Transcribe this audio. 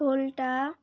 খোল্টা